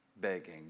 begging